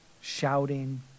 shouting